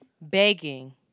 begging